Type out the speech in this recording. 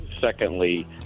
Secondly